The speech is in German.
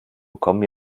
bekommen